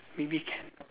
maybe can